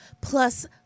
Plus